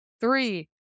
three